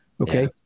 Okay